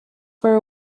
for